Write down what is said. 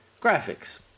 graphics